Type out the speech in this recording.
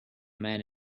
man